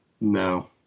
no